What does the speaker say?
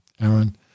Aaron